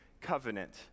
covenant